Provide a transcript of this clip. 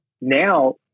Now